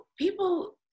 people